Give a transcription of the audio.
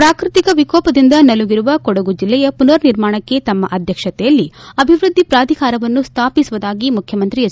ಪ್ರಾಕೃತಿಕ ವಿಕೋಪದಿಂದ ನಲುಗಿರುವ ಕೊಡಗು ಜಿಲ್ಲೆಯ ಪುನರ್ ನಿರ್ಮಾಣಕ್ಕೆ ತಮ್ಮ ಅಧ್ಯಕ್ಷತೆಯಲ್ಲಿ ಅಭಿವೃದ್ದಿ ಪ್ರಾಧಿಕಾರವನ್ನು ಸ್ಥಾಪಿಸುವುದಾಗಿ ಮುಖ್ಯಮಂತ್ರಿ ಎಚ್